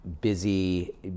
busy